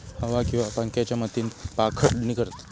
हवा किंवा पंख्याच्या मदतीन पाखडणी करतत